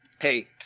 hey